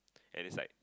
and it's like